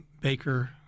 Baker